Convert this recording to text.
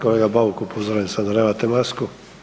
Kolega Bauk, upozoren sam da nemate masku.